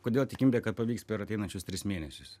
kodėl tikimybė kad pavyks per ateinančius tris mėnesius